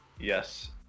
Yes